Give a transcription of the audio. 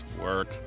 work